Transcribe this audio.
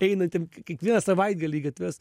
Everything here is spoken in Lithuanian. einantiem kiekvieną savaitgalį į gatves